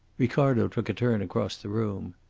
ricardo took a turn across the room.